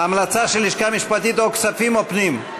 ההמלצה של הלשכה המשפטית, כספים או פנים.